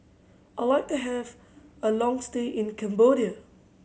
I like to have a long stay in Cambodia